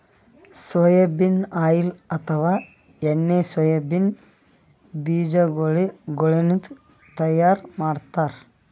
soybean oil ಅಥವಾ ಎಣ್ಣಿ soybean ಬಿಜಾಗೋಳಿನ್ದ ತೈಯಾರ್ ಮಾಡ್ತಾರ್